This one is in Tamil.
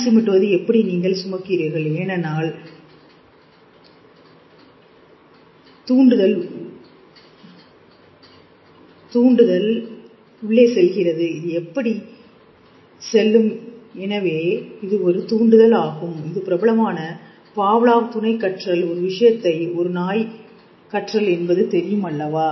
கண் சிமிட்டுவது எப்படி நீங்கள் ஏன் சுமக்கிறீர்கள் ஏனெனில் தூண்டுதல் உள்ளே செல்கிறது இது இப்படி செல்லும் எனவே இது ஒரு தூண்டுதல் ஆகும் இது பிரபலமான பாவ்லாவ் துணை க்கற்றல் ஒரு விஷயத்தை ஒரு நாய் கற்றல் என்பது தெரியுமல்லவா